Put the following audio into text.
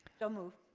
so moved.